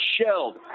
shelled